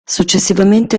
successivamente